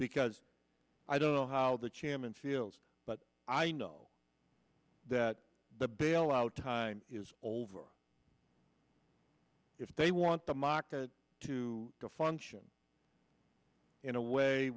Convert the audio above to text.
because i don't know how the chairman feels but i know that the bailout time is over if they want the market to function in a way